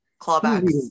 clawbacks